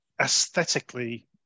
aesthetically